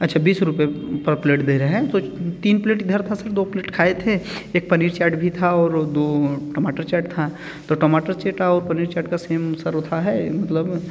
अच्छा बीस रुपये पर प्लेट दे रहे हैं तो तीन प्लेट इधर था सर दो प्लेट खाए थे एक पनीर चाट भी था और दो टमाटर चाट था तो टमाटर चाट और पनीर चाट का सेम सर होता है मतलब